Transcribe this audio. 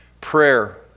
prayer